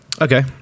Okay